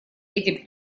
этим